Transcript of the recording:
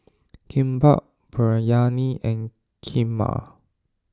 Kimbap Biryani and Kheema